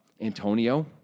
Antonio